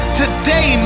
today